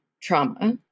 trauma